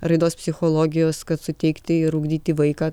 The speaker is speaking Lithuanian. raidos psichologijos kad suteikti ir ugdyti vaiką